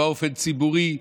באופן ציבורי,